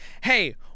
Hey